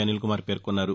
అనిల్ కుమార్ పేర్కొన్నారు